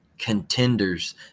Contenders